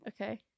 Okay